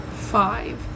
Five